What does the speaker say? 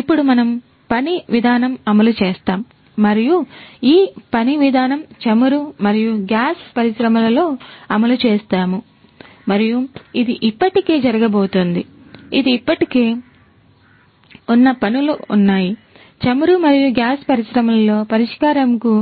ఇప్పుడు మనము పని విధానం అమలు చేస్తాం మరియు ఈ పని విధానం చమురు మరియు గ్యాస్ పరిశ్రమలో అమలు చేస్తాము మరియు ఇది ఇప్పటికే జరుగుతోంది ఇది ఇప్పటికే జరుగుతోంది ఇప్పటికే ఉన్న పనులు ఉన్నాయిచమురు మరియు గ్యాస్ పరిశ్రమలో పరిష్కారం కు